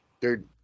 Dude